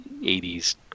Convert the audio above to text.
80s